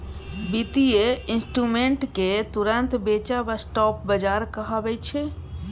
बित्तीय इंस्ट्रूमेंट केँ तुरंत बेचब स्पॉट बजार कहाबै छै